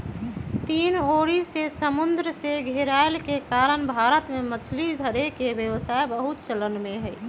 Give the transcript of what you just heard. तीन ओरी से समुन्दर से घेरायल के कारण भारत में मछरी धरे के व्यवसाय बहुते चलन में हइ